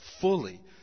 fully